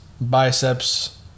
biceps